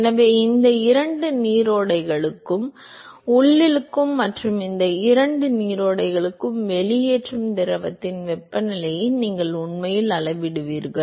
எனவே இந்த இரண்டு நீரோடைகளுக்கும் உள்ளிழுக்கும் மற்றும் இந்த இரண்டு நீரோடைகளுக்கும் வெளியேறும் திரவத்தின் வெப்பநிலையை நீங்கள் உண்மையில் அளவிடுவீர்கள்